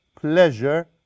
pleasure